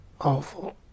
awful